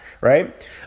right